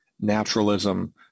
naturalism